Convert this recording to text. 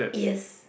yes